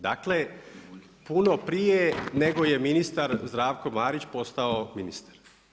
Dakle puno prije nego je ministar Zdravko Marić postao ministar.